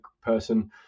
person